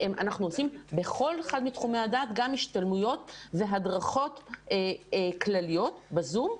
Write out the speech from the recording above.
אנחנו עושים בכל אחד מתחומי הדעת גם השתלמויות והדרכות כלליות בזום.